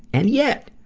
and yet,